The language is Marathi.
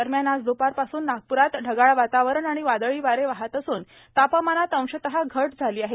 दरम्यान आज द्पारपासून नागप्रात ढगाळ वातावरण आणि वादळी वारे वाहत असून तापमानात अशः घट जाणवत आहे